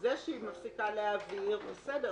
זה שהיא מפסיק להעביר בסדר,